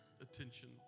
attention